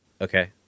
Okay